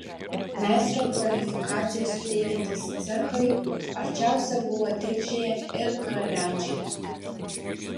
meistro kvalifikaciją suteikiantys cechai arčiausia buvo tilžėje ir karaliaučiuje